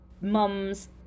mums